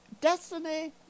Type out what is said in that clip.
Destiny